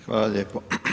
Hvala lijepo.